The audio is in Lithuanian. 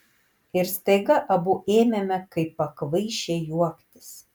ir staiga abu ėmėme kaip pakvaišę juoktis